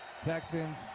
Texans